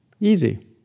Easy